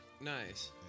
Nice